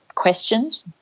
questions